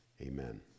Amen